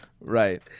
right